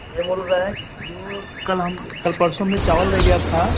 यह बोल रहे हैं कि जो कल हम कल परसों चावल ले गए थे